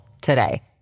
today